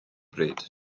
bryd